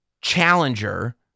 challenger